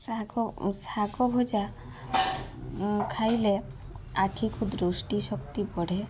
ଶାଗ ଶାଗ ଭଜା ଖାଇଲେ ଆଖି କୁ ଦୃଷ୍ଟି ଶକ୍ତି ବଢ଼େ